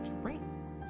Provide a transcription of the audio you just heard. drinks